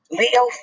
Leo